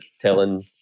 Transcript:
telling